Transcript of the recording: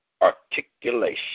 articulation